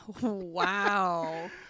Wow